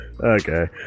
okay